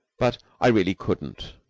but i really couldn't.